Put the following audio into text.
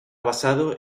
basado